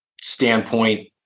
standpoint